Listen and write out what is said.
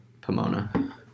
Pomona